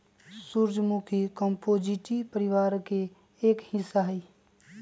सूर्यमुखी कंपोजीटी परिवार के एक हिस्सा हई